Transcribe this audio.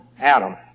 Adam